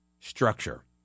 Structure